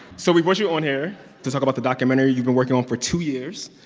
so we brought you on here to talk about the documentary you've been working on for two years.